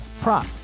prop